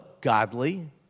godly